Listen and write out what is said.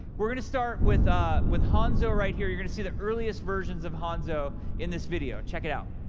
we're going to start with ah with hanzo right here. you're going to see the earliest versions of hanzo in this video. check it out.